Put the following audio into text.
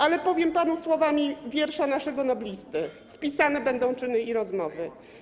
Ale powiem panu słowami wiersza naszego noblisty: „Spisane będą czyny i rozmowy”